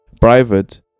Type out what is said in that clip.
private